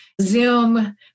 zoom